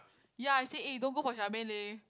ya I say eh don't go for Charmaine leh